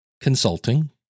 consulting